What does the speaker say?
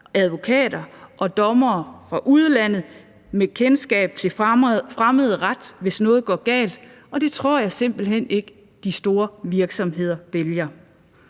advokater og dommere fra udlandet med kendskab til fremmed ret, hvis noget går galt, og det tror jeg simpelt hen ikke de store virksomheder vælger.